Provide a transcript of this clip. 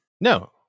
No